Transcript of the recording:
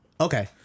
Okay